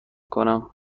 کنم